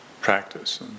practice